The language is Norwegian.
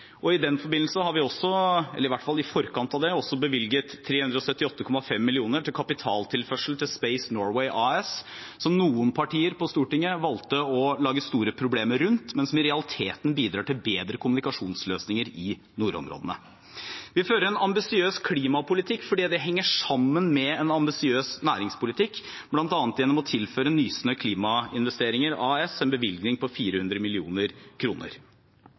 og i den forbindelse har vi i forkant av det bevilget 378,5 mill. kr til kapitaltilførsel til Space Norway AS, som noen partier på Stortinget valgte å lage store problemer rundt, men som i realiteten bidrar til bedre kommunikasjonsløsninger i nordområdene. Vi fører en ambisiøs klimapolitikk fordi det henger sammen med en ambisiøs næringspolitikk, bl.a. gjennom å tilføre Nysnø Klimainvesteringer AS en bevilgning på 400